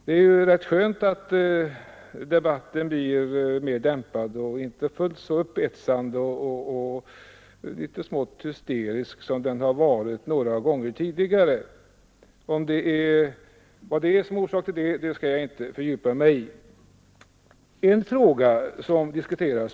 Det är rätt skönt att debatten blir mer dämpad och inte fullt så upphetsande och litet smått hysterisk som den har varit några gånger tidigare. Vad som är orsak till det skall jag inte fördjupa mig i.